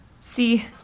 See